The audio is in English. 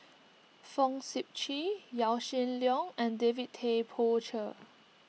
Fong Sip Chee Yaw Shin Leong and David Tay Poey Cher